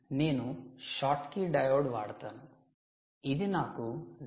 కాబట్టి నేను 'Schottky diode ' వాడతాను ఇది నాకు 0